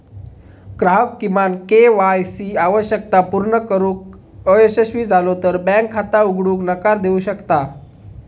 ग्राहक किमान K Y C आवश्यकता पूर्ण करुक अयशस्वी झालो तर बँक खाता उघडूक नकार देऊ शकता